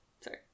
Sorry